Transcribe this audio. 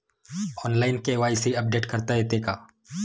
Online KYC update करता येते का?